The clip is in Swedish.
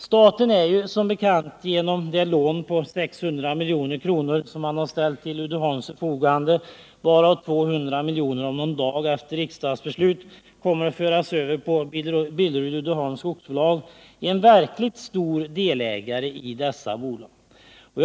Staten är som bekant genom det lån på 600 milj.kr. som man har ställt till Uddeholms förfogande, varav 200 miljoner om någon dag efter riksdagsbeslut kommer att föras över på Billerud-Uddeholms skogsbolag, en verkligt stor delägare i dessa bolag.